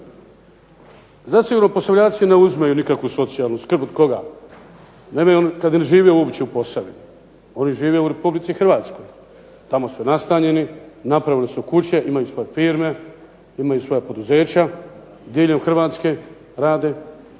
zasigurno Posavljaci ne uzimaju nikakvu socijalnu skrb, od koga naime kad ne žive uopće u Posavini. Oni žive u Republici Hrvatskoj, tamo su nastanjeni, napravili su kuće, imaju svoje firme, imaju svoja poduzeća diljem Hrvatske, rade.